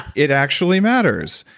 it actually matters!